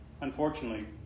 Unfortunately